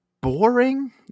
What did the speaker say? boring